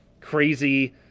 crazy-